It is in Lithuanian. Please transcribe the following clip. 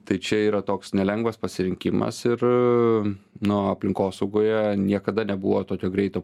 tai čia yra toks nelengvas pasirinkimas ir na aplinkosaugoje niekada nebuvo tokio greito